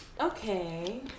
Okay